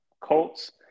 Colts